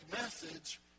message